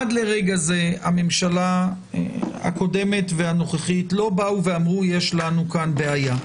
עד לרגע זה הממשלה הקודמת והנוכחית לא אמרו שיש כאן בעיה.